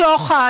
שוחד,